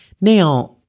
Now